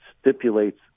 stipulates